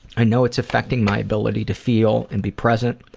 i know it's affecting my ability to feel and be present.